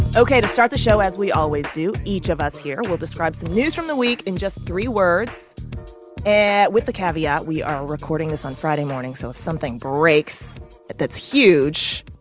ok, to start the show, as we always do, each of us here will describe some news from the week in just three words and with the caveat, we are recording this on friday morning. so if something breaks that's huge,